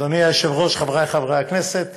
אדוני היושב-ראש, חברי חברי הכנסת,